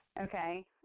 Okay